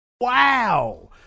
Wow